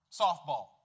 softball